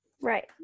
Right